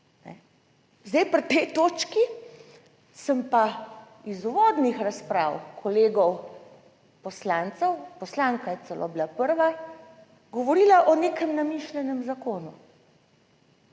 Zdaj pri tej točki sem pa iz uvodnih razprav kolegov poslancev. Poslanka je celo bila prva govorila o nekem namišljenem zakonu